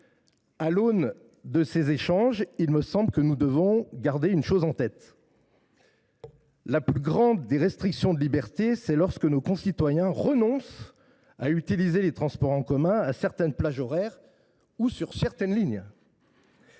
À l’aune de ces échanges, il me semble que nous devons garder une chose en tête : la plus grande des restrictions de liberté, c’est lorsque nos concitoyens renoncent à utiliser les transports en commun à certaines plages horaires ou sur certaines lignes.